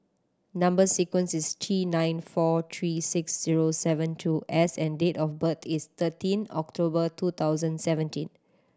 number sequence is T nine four three six zero seven two S and date of birth is thirteen October two thousand seventeen